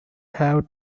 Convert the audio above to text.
have